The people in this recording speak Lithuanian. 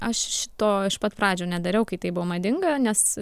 aš šito iš pat pradžių nedariau kai tai buvo madinga nes